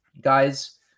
Guys